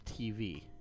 TV